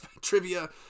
trivia